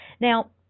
Now